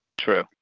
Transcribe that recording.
True